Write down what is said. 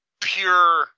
pure